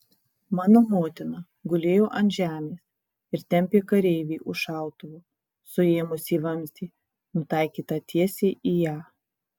mano motina gulėjo ant žemės ir tempė kareivį už šautuvo suėmusį vamzdį nutaikytą tiesiai į ją